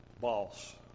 boss